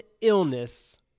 illness